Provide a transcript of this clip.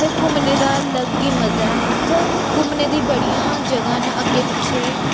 उत्थें घूमने दा अलग ई मज़ा ऐ उत्थें घूमने दी बड़ियां जगह् न अग्गें पिच्छे